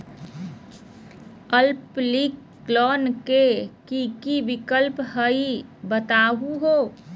अल्पकालिक लोन के कि कि विक्लप हई बताहु हो?